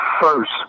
first